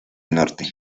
norte